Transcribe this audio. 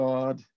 God